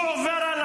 הוא עבריין בדם.